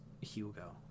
Hugo